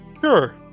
Sure